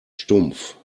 stumpf